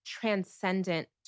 transcendent